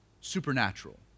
supernatural